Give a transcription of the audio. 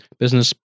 business